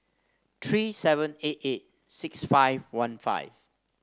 three seven eight eight six five one five